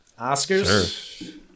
Oscars